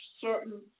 certain